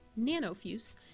Nanofuse